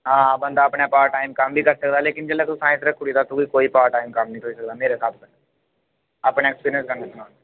हां बंदा अपने पार्ट टाइम कम्म बी करी सकदा लेकिन जिसलै तू साइंस रक्खी ओड़ी तां तुगी कोई पार्ट टाइम कम्म नि थ्होई सकदा मेरे स्हाबें अपने ऐक्सपीरियंस कन्नै सनाऽ ना